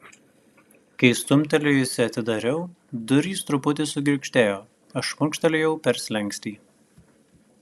kai stumtelėjusi atidariau durys truputį sugirgždėjo aš šmurkštelėjau per slenkstį